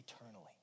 eternally